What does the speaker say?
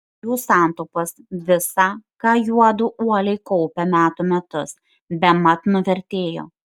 jų santaupos visa ką juodu uoliai kaupė metų metus bemat nuvertėjo